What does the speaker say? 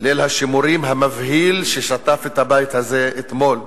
ליל השימורים המבהיל ששטף את הבית הזה אתמול.